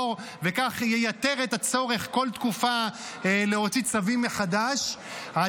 וכך ייתר את הצורך להוציא צווים מחדש כל תקופה,